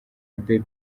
baby